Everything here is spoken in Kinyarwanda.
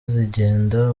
zigenda